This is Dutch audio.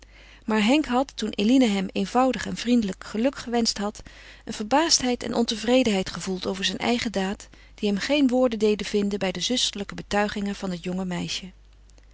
maar henk had toen eline hem eenvoudig en vriendelijk geluk gewenscht had een verbaasdheid en ontevredenheid gevoeld over zijn eigen daad die hem geen woorden deden vinden bij de zusterlijke betuigingen van het jonge meisje